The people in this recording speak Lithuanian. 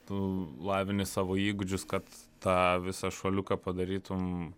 tu lavini savo įgūdžius kad tą visą šuoliuką padarytum